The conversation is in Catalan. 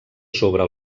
sobre